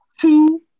two